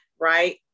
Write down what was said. right